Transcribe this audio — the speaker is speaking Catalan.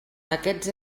aquests